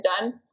done